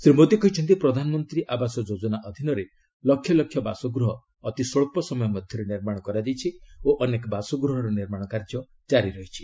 ଶ୍ରୀ ମୋଦି କହିଛନ୍ତି ପ୍ରଧାନମନ୍ତ୍ରୀ ଆବାସ ଯୋଜନା ଅଧୀନରେ ଲକ୍ଷ ଲକ୍ଷ ବାସଗୃହ ଅତି ସ୍ୱଚ୍ଚ ସମୟ ମଧ୍ୟରେ ନିର୍ମାଣ କରାଯାଇଛି ଓ ଅନେକ ବାସଗୃହର ନିର୍ମାଣ କାର୍ଯ୍ୟ ଜାରି ରହିଛି